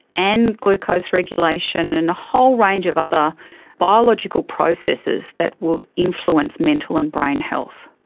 and glucose regulation and a whole range of other biological processes that would influence mental and brain health.